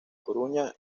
coruña